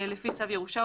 לפי צו ירושה,